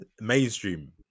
Mainstream